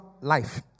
life